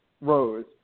Rose